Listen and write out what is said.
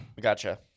Gotcha